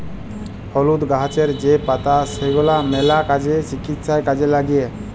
হলুদ গাহাচের যে পাতা সেগলা ম্যালা কাজে, চিকিৎসায় কাজে ল্যাগে